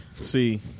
see